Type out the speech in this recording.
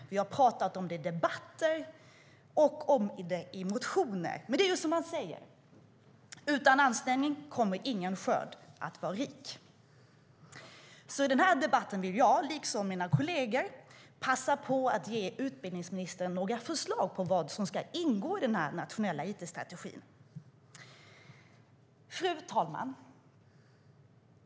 Vi har pratat om det i debatter och skrivit om det i motioner. Men det är som man säger: Utan ansträngning kommer ingen skörd att vara rik. I den här debatten vill alltså jag, liksom mina kolleger, passa på att ge utbildningsministern några förslag på vad som ska ingå i den nationella it-strategin. Fru talman!